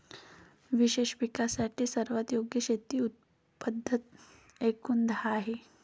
विशेष पिकांसाठी सर्वात योग्य शेती पद्धती एकूण दहा आहेत